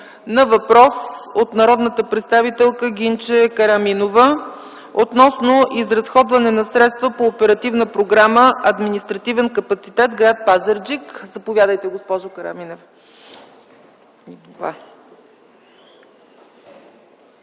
на въпрос от народния представител Гинче Караминова относно изразходване на средства по Оперативна програма „Административен капацитет” – гр. Пазарджик. Заповядайте, госпожо Караминова.